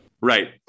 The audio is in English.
Right